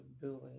building